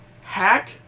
Hack